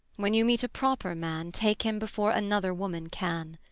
when you meet a proper man, take him before another woman can.